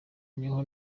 niho